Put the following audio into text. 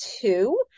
two